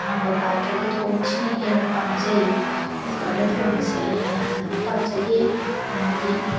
ꯑꯍꯥꯡꯕ ꯄꯥꯇ꯭ꯔꯗ ꯊꯣꯡꯕꯁꯤꯅ ꯍꯦꯟꯅ ꯄꯥꯝꯖꯩ ꯀꯨꯀꯔꯗ ꯊꯣꯡꯕꯁꯦ ꯑꯩ ꯑꯌꯥꯝꯕꯅ ꯄꯥꯝꯖꯗꯦ ꯃꯔꯝꯗꯤ